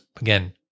again